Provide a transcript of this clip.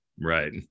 right